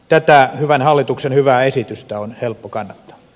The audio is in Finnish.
tätä hyvän hallituksen hyvää esitystä on helppo kannettu a